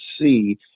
see